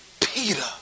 Peter